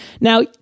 Now